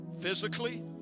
physically